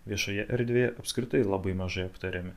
viešoje erdvėje apskritai labai mažai aptariami